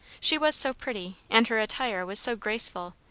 she was so pretty, and her attire was so graceful,